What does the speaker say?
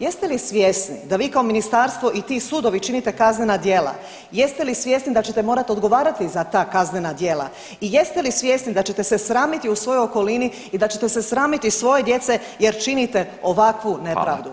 Jeste li svjesni da vi kao ministarstvo i ti sudovi činite kaznena djela, jeste li svjesni da ćete morat odgovarati za ta kaznena djela i jeste li svjesni da ćete se sramiti u svojoj okolini i da ćete se sramiti svoje djece jer činite ovakvu nepravdu?